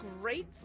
great